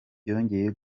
byongeye